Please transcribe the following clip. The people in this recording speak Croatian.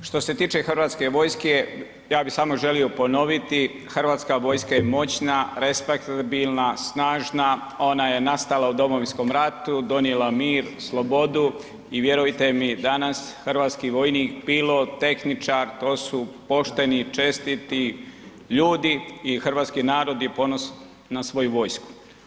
Što se tiče Hrvatske vojske, ja bih samo želio ponoviti, Hrvatska vojska je moćna, respektabilna, snažna, ona je nastala u Domovinskom ratu, donijela mir, slobodu i vjerujte mi danas hrvatski vojnik, pilot, tehničar to su pošteni, čestiti ljudi i hrvatski narod je ponosan na svoju vojsku.